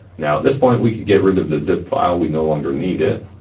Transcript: now at this point we could get rid of the zip file. we no longer need it.